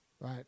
right